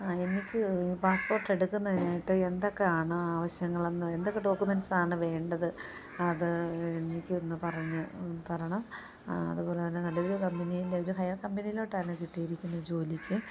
എനിക്ക് ഈ പാസ്സ്പോർട്ടെടുക്കുന്നതിനായിട്ട് എന്തൊക്കെ ആണ് ആവശ്യങ്ങളെന്നും എന്തൊക്കെ ഡോക്യൂമെൻസാണ് വേണ്ടത് അത് എനിക്കൊന്നു പറഞ്ഞു തരണം അതു പോലെ തന്നെ നല്ലൊരു കമ്പനിയിലൊരു ഹയർ ട്ടാണ് കിട്ടിയിരിക്കുന്നത് ജോലിയ്ക്ക്